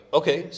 okay